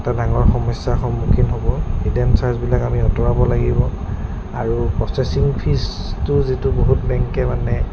এটা ডাঙৰ সমস্যাৰ সন্মুখীন হ'ব হিডেন চাৰ্জবিলাক আমি আঁতৰাব লাগিব আৰু প্ৰচেচিং ফিজটো যিটো বহুত বেংকে মানে